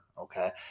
Okay